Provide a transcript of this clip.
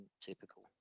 typical